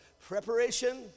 preparation